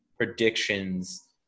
predictions